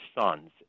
sons